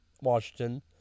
Washington